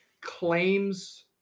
claims